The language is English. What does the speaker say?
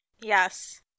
Yes